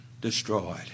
destroyed